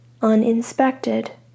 uninspected